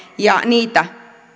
ja niitä